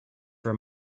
for